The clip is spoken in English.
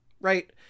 Right